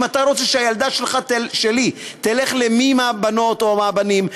אם אני רוצה שהילדה שלי תלך למי מהבנות או מהבנים,